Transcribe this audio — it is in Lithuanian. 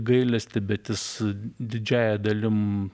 gailestį bet jis didžiąja dalim